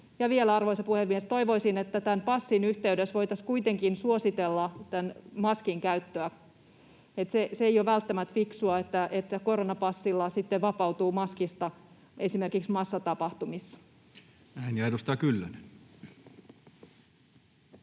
Ja vielä, arvoisa puhemies, toivoisin, että tämän passin yhteydessä voitaisiin kuitenkin suositella maskin käyttöä. Se ei ole välttämättä fiksua, että koronapassilla vapautuu maskista esimerkiksi massatapahtumissa. [Speech 87] Speaker: